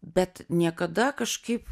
bet niekada kažkaip